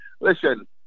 listen